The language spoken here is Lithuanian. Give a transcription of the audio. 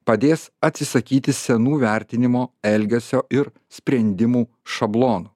padės atsisakyti senų vertinimo elgesio ir sprendimų šablonų